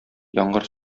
яңгыр